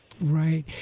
Right